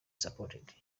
supported